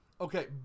okay